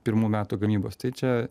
pirmų metų gamybos tai čia